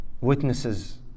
witnesses